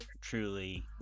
truly